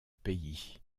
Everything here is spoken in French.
pays